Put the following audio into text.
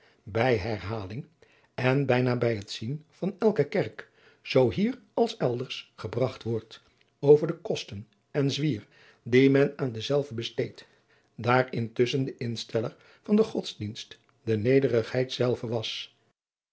bij herhaling en bijna bij het zien van elke kerk zoo hier als elders gebragt word over de kosten en zwier die men aan dezelve besteedt daar intusschen de insteller van den godsdienst de nederigheid zelve was